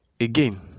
Again